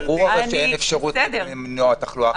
ברור שאין אפשרות למנוע תחלואה.